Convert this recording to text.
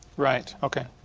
right, okay.